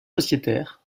sociétaires